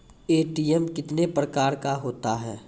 ATM कितने प्रकार का होता हैं?